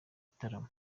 gitaramo